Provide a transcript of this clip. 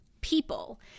people